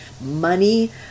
money